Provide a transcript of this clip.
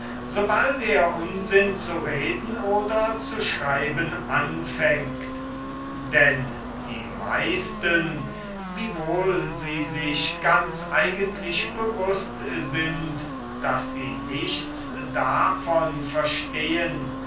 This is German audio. bald er unsinn zu reden oder zu schreiben anfängt denn die meisten wiewohl sie sich ganz eigentlich bewußt sind daß sie nichts davon verstehen